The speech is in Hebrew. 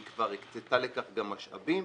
היא כבר הקצתה לכך גם משאבים